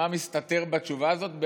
מה מסתתר בשאלה הזאת,